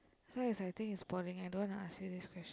so as I think it's boring I don't wanna ask you this question